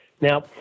Now